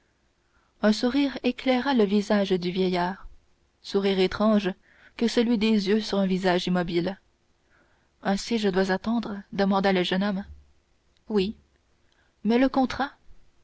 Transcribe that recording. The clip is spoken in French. un sourire éclaira le visage du vieillard sourire étrange que celui des yeux sur un visage immobile ainsi je dois attendre demanda le jeune homme oui mais le contrat